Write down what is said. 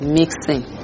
Mixing